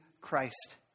Christ